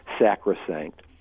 sacrosanct